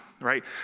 Right